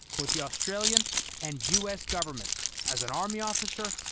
with the australian and u s. governments as an army officer,